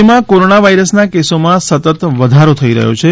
રાજ્યમાં કોરોના વાયરસના કેસોમાં સતત વધારો થઈ રહ્યો છે